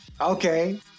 Okay